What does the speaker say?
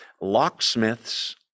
locksmiths